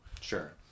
Sure